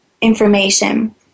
information